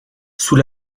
sous